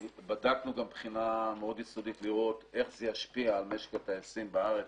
בדקנו גם בחינה מאוד יסודית לראות איך זה ישפיע על משק הטייסים בארץ,